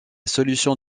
solution